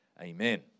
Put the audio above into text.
Amen